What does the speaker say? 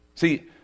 See